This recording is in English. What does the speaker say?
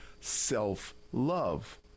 self-love